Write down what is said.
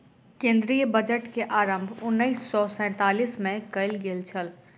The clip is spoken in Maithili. केंद्रीय बजट के आरम्भ उन्नैस सौ सैंतालीस मे कयल गेल छल